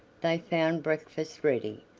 they found breakfast ready.